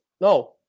No